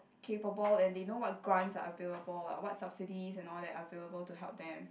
capable and they know what grants are available lah what subsidies and all that are available to help them